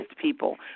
people